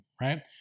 Right